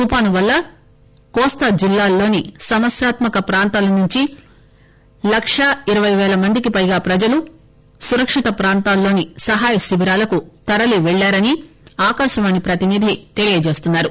తుఫాను వల్ల కోస్తా జిల్లాల్లోని సమస్యాత్మ క ప్రాంతాలనుంచి లకా ఇరపై పేల మందికి పైగా ప్రజలు సురక్షిత ప్రాంతాల్లోని సహాయ శిబిరాలకు తరలిపెళ్ళారని ఆకాశవాణి ప్రతినిధి తెలియజేస్తున్నారు